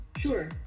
Sure